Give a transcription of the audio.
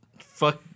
Fuck